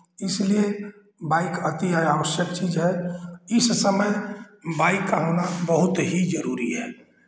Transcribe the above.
इसलिए बाइक अति आवश्यक चीज़ है इस समय बाइक का होना बहुत ही जरूरी है